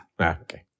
Okay